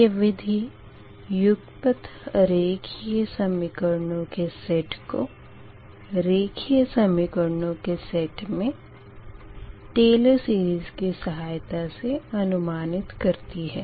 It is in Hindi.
यह विधी युगपत अरेखिय समीकरणों के सेट को रेखिय समीकरणों के सेट मे टेयलर'स सीरीस Taylor's series की सहायता से अनुमानित करती है